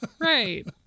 Right